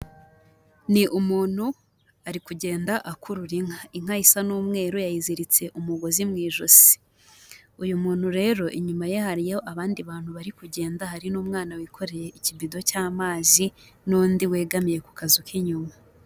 Ni umuntu ari kugenda akurura inka, inka ye isa n'umweru yayiziritse umugozi mu ijosi, uyu muntu rero inyuma ye hariyo abandi bantu bari kugenda, hari n'umwana wikoreye ikibido cy'amazi n'undi wegamiye ku kazu k'inyuma.